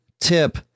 tip